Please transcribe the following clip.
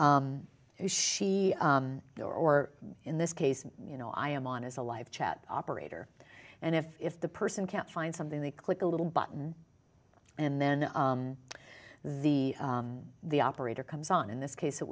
if she go or in this case you know i am on is a live chat operator and if the person can't find something they click a little button and then the the operator comes on in this case it